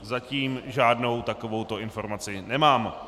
Zatím žádnou takovouto informaci nemám.